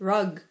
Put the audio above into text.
Rug